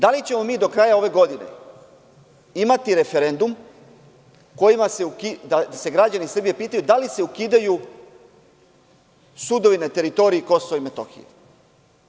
Da li ćemo mi do kraja ove godine imati referendum kojim se građani Srbije pitaju da li se ukidaju sudovi na teritoriji Kosova i Metohije?